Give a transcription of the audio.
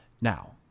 Now